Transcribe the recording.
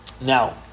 now